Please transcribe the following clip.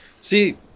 See